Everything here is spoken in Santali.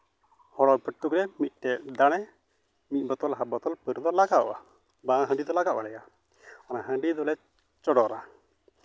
ᱦᱚᱲ ᱯᱚᱛᱛᱮᱠ ᱢᱤᱫᱴᱮᱱ ᱫᱟᱲᱮ ᱢᱤᱫ ᱵᱳᱛᱚᱞ ᱦᱟᱯᱷ ᱵᱳᱛᱚᱞ ᱯᱟᱹᱣᱨᱟᱹ ᱞᱟᱜᱟᱜᱼᱟ ᱵᱟᱝ ᱦᱟᱺᱰᱤ ᱫᱚ ᱞᱟᱜᱟᱣ ᱟᱭᱟ ᱚᱱᱟ ᱦᱟᱺᱰᱤ ᱫᱚᱞᱮ ᱪᱚᱰᱚᱨᱟ